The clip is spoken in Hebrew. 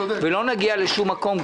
לא נגיע לשום מקום.